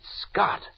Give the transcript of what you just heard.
Scott